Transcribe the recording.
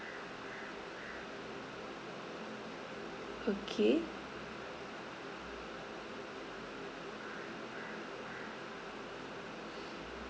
okay